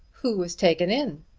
who was taken in?